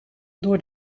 door